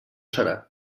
serà